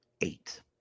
eight